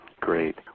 Great